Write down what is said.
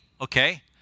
okay